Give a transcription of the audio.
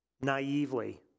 naively